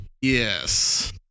yes